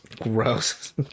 Gross